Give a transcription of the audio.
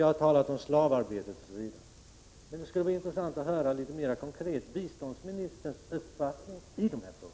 Vi har talat om slavarbete osv. Det skulle vara intressant att litet mer konkret få höra biståndsministerns uppfattning i de här frågorna.